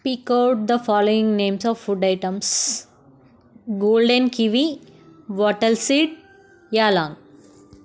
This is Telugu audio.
speak out the following names of food items golden kiwi wattle seed ylang